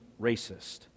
racist